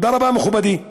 תודה רבה, מכובדיי,